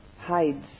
hides